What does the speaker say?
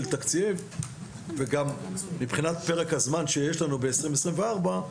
תקציב וגם מבחינת פרק הזמן שיש לנו ב-2024,